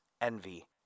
envy